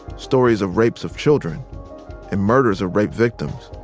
stories of rapes of children and murders of rape victims.